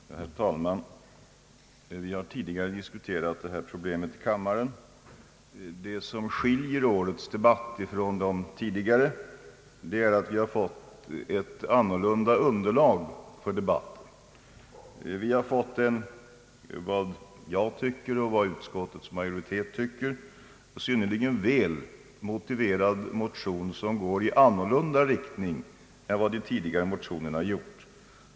Herr talman! Vi har tidigare diskuterat detta problem i kammaren. Det som skiljer årets debatt från de tidigare debatterna är att vi har fått ett annorlunda beskaffat underlag. Vi har fått en som jag och utskottets majoritet tycker synnerligen väl motiverad motion, som går i annan riktning än de tidigare motionerna.